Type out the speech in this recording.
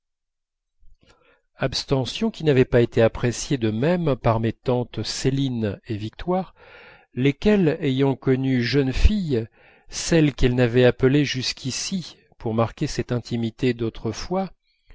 abstention qui n'avait pas été appréciée de même par mes tantes céline et victoire lesquelles ayant connu jeune fille celle qu'elles n'avaient appelée jusqu'ici pour marquer cette intimité d'autrefois